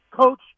coach